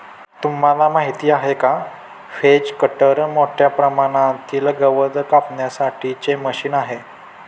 तुम्हाला माहिती आहे का? व्हेज कटर मोठ्या प्रमाणातील गवत कापण्यासाठी चे मशीन आहे